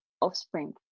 offspring